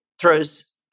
throws